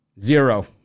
Zero